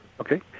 Okay